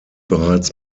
bereits